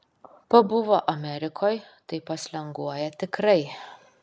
pabuvo amerikoj tai paslenguoja tikrai